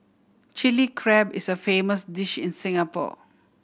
Chilli Crab is a famous dish in Singapore